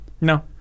No